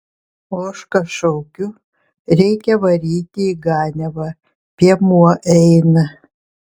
ožką šaukiu reikia varyti į ganiavą piemuo eina